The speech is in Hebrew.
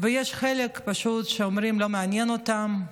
יש חלק שפשוט שאומרים שלא מעניין אותם: